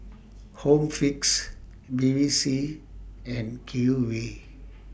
Home Fix Bevy C and Q V